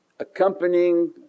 Accompanying